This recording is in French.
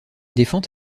défend